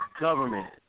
government